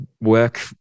work